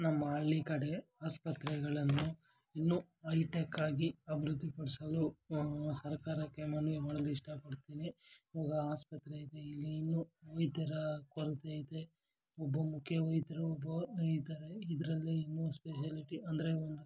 ನಮ್ಮ ಹಳ್ಳಿ ಕಡೆ ಆಸ್ಪತ್ರೆಗಳನ್ನು ಇನ್ನೂ ಐಟೆಕ್ ಆಗಿ ಅಭಿವೃದ್ದಿ ಪಡಿಸಲೂ ಸರಕಾರಕ್ಕೆ ಮನವಿ ಮಾಡಲು ಇಷ್ಟಪಡ್ತೀನಿ ಇವಾಗ ಆಸ್ಪತ್ರೆ ಇದೆ ಇಲ್ಲಿ ಇನ್ನೂ ಇತರ ಕೊರತೆ ಐತೆ ಒಬ್ಬ ಮುಖ್ಯ ವೈದ್ಯರು ಒಬ್ಬ ಇದ್ದಾರೆ ಇದರಲ್ಲಿ ಇನ್ನೂ ಸ್ಪೆಷಲಿಟಿ ಅಂದರೆ ಒಂದು